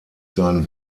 seinen